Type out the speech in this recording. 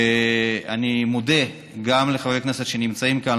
ואני מודה גם לחברי הכנסת שנמצאים כאן,